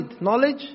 knowledge